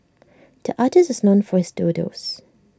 the artist is known for his doodles